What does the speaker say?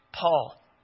Paul